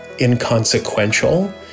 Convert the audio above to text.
inconsequential